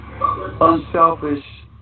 unselfish